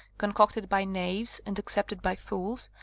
concocted by knaves and accepted by fools,